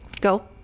Go